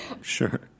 sure